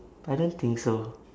I don't think so